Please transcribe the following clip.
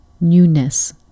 newness